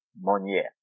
Monier